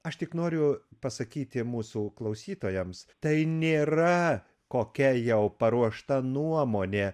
aš tik noriu pasakyti mūsų klausytojams tai nėra kokia jau paruošta nuomonė